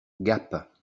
gap